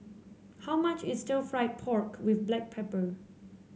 how much is Stir Fried Pork with Black Pepper